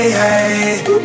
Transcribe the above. hey